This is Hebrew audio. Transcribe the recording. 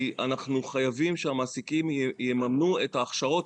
אנחנו חייבים שהמעסיקים יממנו את ההכשרות